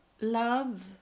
love